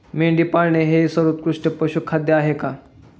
मेंढी पाळणे हे सर्वोत्कृष्ट पशुखाद्य आहे का?